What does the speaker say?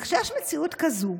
וכשיש מציאות כזו,